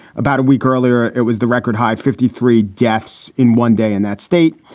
about a week earlier. it was the record high, fifty three deaths in one day in that state.